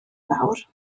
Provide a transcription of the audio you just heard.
nawr